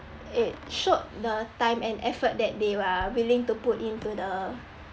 it showed the time and effort that they are willing to put into the